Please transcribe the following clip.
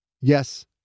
Yes